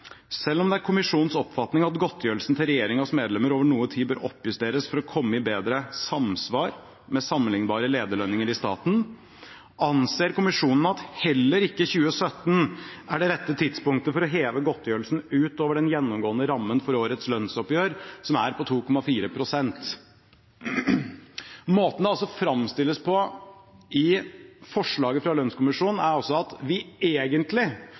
Selv om det er kommisjonens oppfatning at godtgjørelsen til regjeringens medlemmer over noe tid bør oppjusteres for å komme i bedre samsvar med sammenlignbare lederlønninger i staten, anser kommisjonen at heller ikke 2017 er det rette tidspunktet for å heve godtgjørelsen utover den gjennomgående rammen for årets oppgjør, som er på 2,4 prosent.» Måten det framstilles på i forslaget fra lønnskommisjonen, er altså at vi egentlig